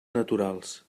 naturals